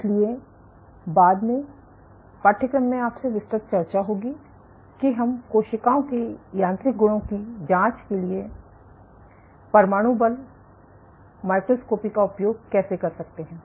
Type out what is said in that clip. इसलिए बाद में पाठ्यक्रम में आपसे विस्तृत चर्चा होगी कि हम कोशिकाओं के यांत्रिक गुणों की जांच के लिए परमाणु बल माइक्रोस्कोपी का उपयोग कैसे कर सकते हैं